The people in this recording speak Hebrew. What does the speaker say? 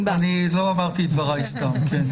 לא אמרתי את דבריי סתם.